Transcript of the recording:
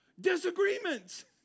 Disagreements